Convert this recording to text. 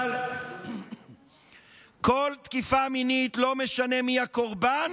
אבל כל תקיפה מינית, לא משנה מי הקורבן